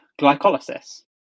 glycolysis